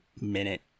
minute